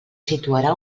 situarà